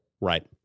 Right